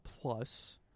Plus